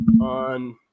on